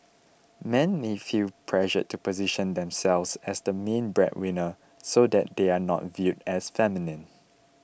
men may feel pressured to position themselves as the main breadwinner so that they are not viewed as feminine